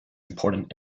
important